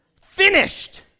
finished